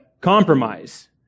compromise